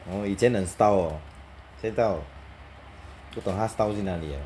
orh 以前很 style orh 现到不懂他 style 去那里 eh